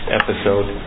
episode